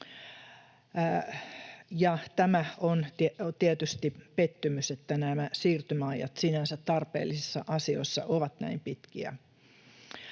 Tämä on tietysti pettymys, että nämä siirtymäajat sinänsä tarpeellisissa asioissa ovat näin pitkiä.